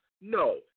No